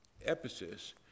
Ephesus